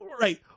right